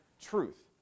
truth